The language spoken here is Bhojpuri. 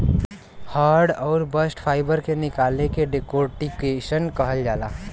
हर्ड आउर बास्ट फाइबर के निकले के डेकोर्टिकेशन कहल जाला